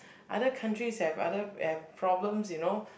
other countries have other have problems you know